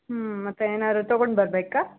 ಹ್ಞೂ ಮತ್ತೆ ಏನಾದರೂ ತಗೊಂಡ್ಬರ್ಬೇಕಾ